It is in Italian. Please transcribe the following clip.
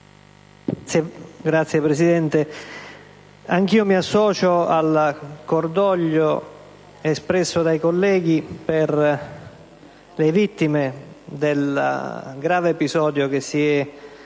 Signora Presidente, anch'io mi associo al cordoglio espresso dai colleghi per le vittime del grave episodio che si è